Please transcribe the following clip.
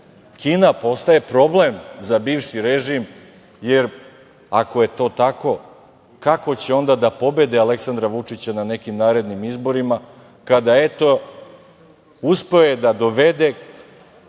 Kina postaje problem za bivši režim, jer ako je to tako kako će onda da pobede Aleksandra Vučića na nekim narednim izborima, kada eto, uspeo je da dovede